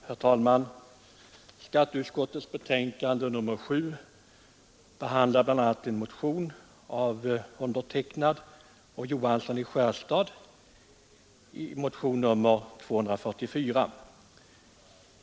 Herr talman! Skatteutskottets betänkande nr 7 behandlar bl.a. motionen 244 av mig och herr Johansson i Skärstad.